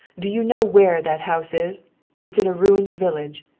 do you know where that house is? it's in a ruined village.